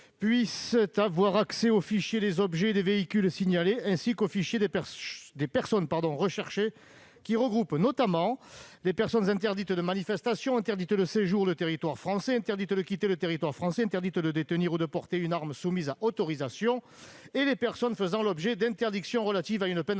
police municipale au fichier des objets et des véhicules signalés, ainsi qu'au fichier des personnes recherchées, lequel regroupe notamment les personnes interdites de manifestation, interdites de séjour et de territoire français, interdites de quitter le territoire français, interdites de détenir ou de porter une arme soumise à autorisation et les personnes faisant l'objet d'interdictions relatives à une peine alternative